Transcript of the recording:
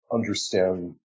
understand